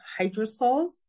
hydrosols